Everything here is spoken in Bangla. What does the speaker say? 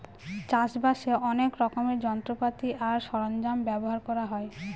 চাষ বাসে অনেক রকমের যন্ত্রপাতি আর সরঞ্জাম ব্যবহার করা হয়